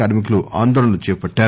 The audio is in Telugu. కార్శి కులు ఆందోళనలు చేపట్టారు